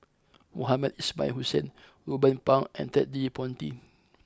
Mohamed Ismail Hussain Ruben Pang and Ted De Ponti